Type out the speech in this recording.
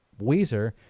Weezer